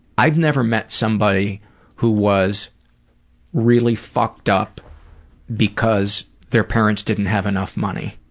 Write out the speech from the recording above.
i've never met somebody who was really fucked up because their parents didn't have enough money,